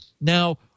Now